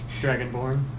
dragonborn